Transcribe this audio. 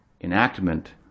enactment